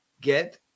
Get